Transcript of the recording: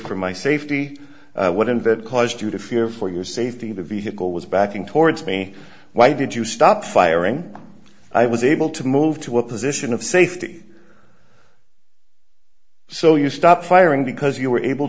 for my safety would invent caused you to fear for your safety the vehicle was backing towards me why did you stop firing i was able to move to a position of safety so you stopped firing because you were able